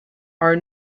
are